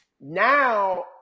now